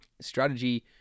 strategy